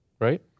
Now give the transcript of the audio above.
right